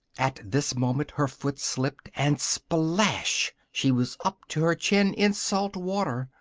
at this moment her foot slipped, and splash! she was up to her chin in salt water.